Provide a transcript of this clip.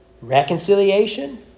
reconciliation